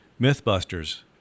Mythbusters